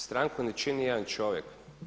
Stranku ne čini jedan čovjek.